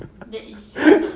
that is true